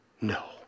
No